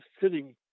sitting